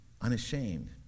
unashamed